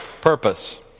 purpose